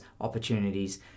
opportunities